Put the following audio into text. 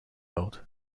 old